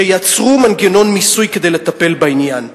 שיצרו מנגנון מיסוי כדי לטפל בעניין.